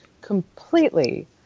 completely